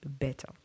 better